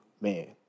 man